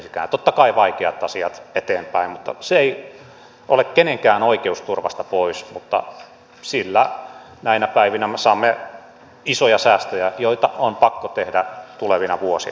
totta kai vaikeat asiat eteenpäin mutta se ei ole kenenkään oikeusturvasta pois ja sillä näinä päivinä me saamme isoja säästöjä joita on pakko tehdä tulevina vuosina